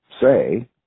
say